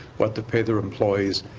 what to pay the employees,